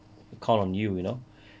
count on you you know